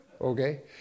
okay